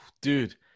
Dude